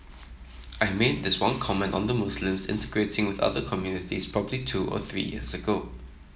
I made this one comment on the Muslims integrating with other communities probably two or three years ago